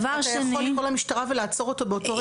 אתה יכול לקרוא למשטרה ולעצור אותו באותו רגע.